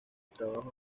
trabajo